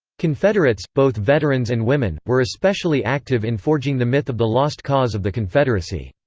confederates, both veterans and women, were especially active in forging the myth of the lost cause of the confederacy.